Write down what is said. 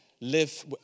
Live